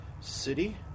City